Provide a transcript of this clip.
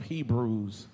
Hebrews